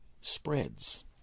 spreads